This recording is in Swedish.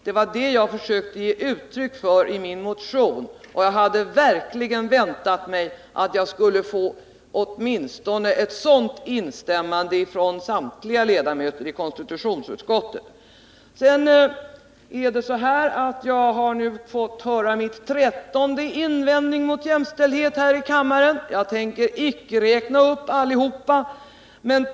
Det var det som jag försökte ge uttryck för i min motion, och jag hade verkligen väntat mig att jag skulle få åtminstone ett sådant instämmande från samtliga ledamöter i konstitutionsutskottet. Jag har nu här i kammaren fått höra den trettonde invändningen mot jämställdhet. Jag tänker inte räkna upp alla invändningar.